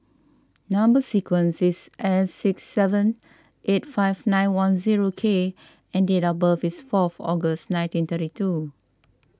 Number Sequence is S six seven eight five nine one zero K and date of birth is fourth August nineteen thirty two